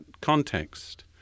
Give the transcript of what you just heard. context